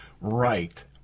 right